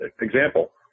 example